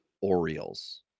Orioles